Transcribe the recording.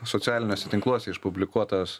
socialiniuose tinkluose publikuotas